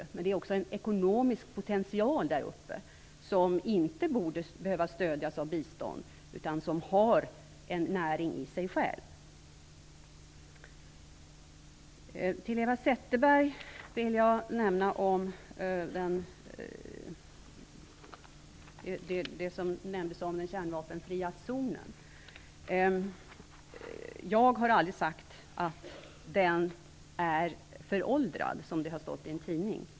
Men där finns också en ekonomisk potential som gör att de inte borde behöva stödjas av bistånd, därför att den har en näring i sig själv. Till Eva Zetterberg vill jag ta upp det som nämndes om den kärnvapenfria zonen. Jag har aldrig sagt att den är föråldrad, som det har stått i en tidning.